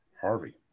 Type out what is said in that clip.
Harvey